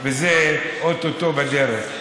וזה או-טו-טו בדרך.